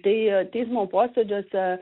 tai teismo posėdžiuose